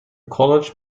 college